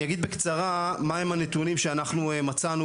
אני אגיד בקצרה מה הם הנתונים שאנחנו מצאנו